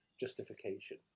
justification